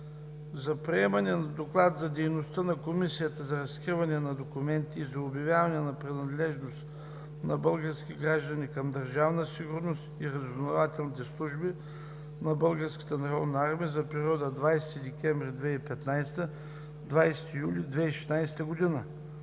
за приемане на Доклад за дейността на Комисията за разкриване на документите и за обявяване на принадлежност на български граждани към Държавна сигурност и разузнавателните служби на Българската народна армия за периода 20 декември 2015 г. – 20 юли 2016 г.